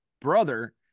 brother